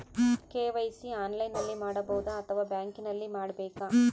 KYC ಆನ್ಲೈನಲ್ಲಿ ಮಾಡಬಹುದಾ ಅಥವಾ ಬ್ಯಾಂಕಿನಲ್ಲಿ ಮಾಡ್ಬೇಕಾ?